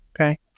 Okay